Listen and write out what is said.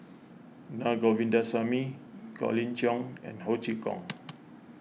Na Govindasamy Colin Cheong and Ho Chee Kong